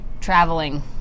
Traveling